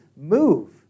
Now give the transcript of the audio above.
move